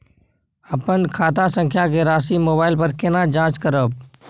अपन खाता संख्या के राशि मोबाइल पर केना जाँच करब?